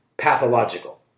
pathological